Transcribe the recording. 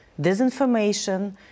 disinformation